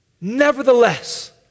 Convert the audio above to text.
Nevertheless